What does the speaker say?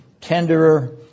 tenderer